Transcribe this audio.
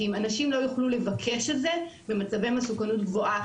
כי אם הנשים לא יוכלו לבקש את זה במצבי מסוכנות גבוהה,